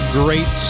great